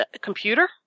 computer